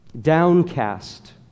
Downcast